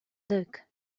look